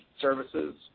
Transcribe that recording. services